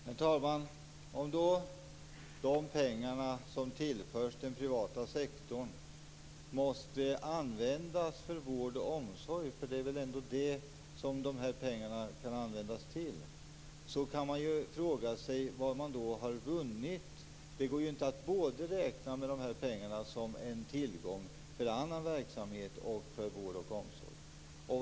Herr talman! Om då de pengar som tillförs den privata sektorn måste användas för vård och omsorg, för det är väl ändå det de här pengarna kan användas till, så kan man fråga sig vad man har vunnit. Det går ju inte att både räkna med de här pengarna som en tillgång för annan verksamhet och för vård och omsorg.